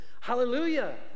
hallelujah